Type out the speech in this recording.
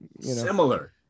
Similar